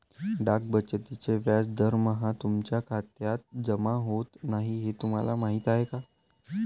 डाक बचतीचे व्याज दरमहा तुमच्या खात्यात जमा होत नाही हे तुम्हाला माहीत आहे का?